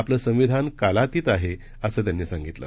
आपलं संविधान कालातीत आहे असं त्यांनी सांगितलं